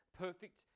perfect